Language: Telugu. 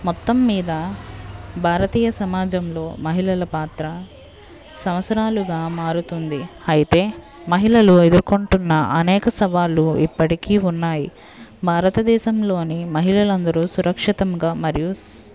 మొత్తం మీద భారతీయ సమాజంలో మహిళల పాత్ర సంవత్సరాలుగా మారుతుంది అయితే మహిళలు ఎదురుకొంటున్న అనేక సవాళ్ళు ఇప్పటికీ ఉన్నాయి భారతదేశంలోని మహిళలందరూ సురక్షితంగా మరియు